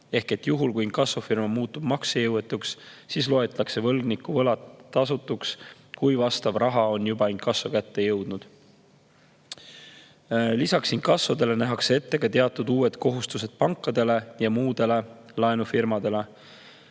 hoidma. Juhul kui inkassofirma muutub maksejõuetuks, siis loetakse võlgniku võlad tasutuks, kui vastav raha on juba inkasso kätte jõudnud. Lisaks inkassodele nähakse ette ka teatud uued kohustused pankadele ja muudele laenufirmadele.